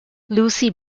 lucy